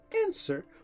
answer